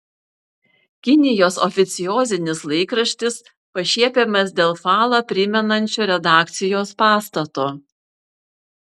kinijos oficiozinis laikraštis pašiepiamas dėl falą primenančio redakcijos pastato